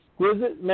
exquisite